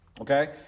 Okay